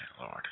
Lord